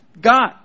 God